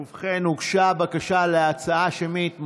ובכן, הוגשה בקשה להצבעה שמית.